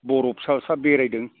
बरफ सा सा बेरायदों